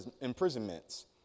imprisonments